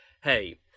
hey